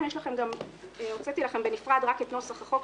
גם הוצאתי לכם בנפרד רק את נוסח החוק,